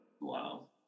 Wow